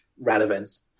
relevance